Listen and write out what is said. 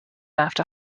after